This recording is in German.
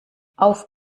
auf